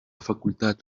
facultad